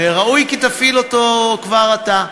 ראוי כי תפעיל אותו כבר עתה.